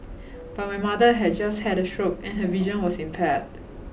but my mother had just had a stroke and her vision was impaired